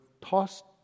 tossed